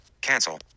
Cancel